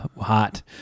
hot